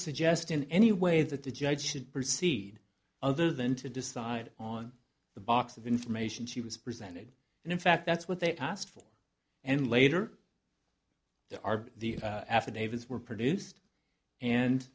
suggest in any way that the judge should proceed other than to decide on the box of information she was presented and in fact that's what they asked for and later there are the affidavits were produced and